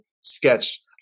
sketch